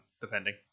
depending